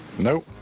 nope.